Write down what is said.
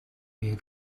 you